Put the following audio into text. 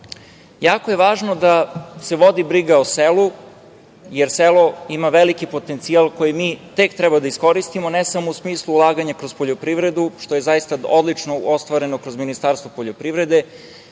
reše. Jako je važno da se vodi briga o selu, jer selo ima veliki potencijal koji mi tek treba da iskoristimo, ne samo u smislu ulaganja kroz poljoprivredu, što je zaista odlično ostvareno kroz Ministarstvo poljoprivrede,